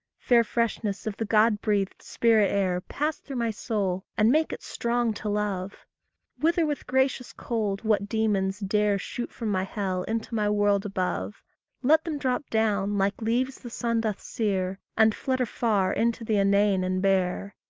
fair freshness of the god-breathed spirit air, pass through my soul, and make it strong to love wither with gracious cold what demons dare shoot from my hell into my world above let them drop down, like leaves the sun doth sear, and flutter far into the inane and bare,